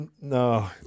No